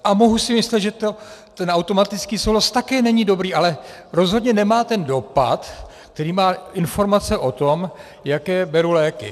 A mohu si myslet, že ten automatický souhlas také není dobrý, ale rozhodně nemá ten dopad, který má informace o tom, jaké beru léky.